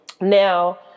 Now